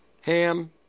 Ham